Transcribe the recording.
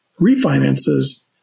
refinances